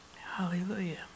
Hallelujah